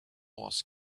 wars